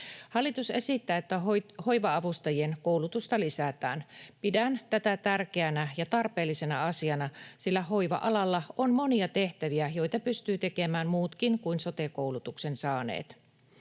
Hallitus esittää, että hoiva-avustajien koulutusta lisätään. Pidän tätä tärkeänä ja tarpeellisena asiana, sillä hoiva-alalla on monia tehtäviä, joita pystyvät tekemään muutkin kuin sote-koulutuksen saaneet.